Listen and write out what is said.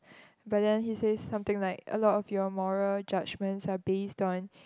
but then he says something like a lot of your moral judgements are based on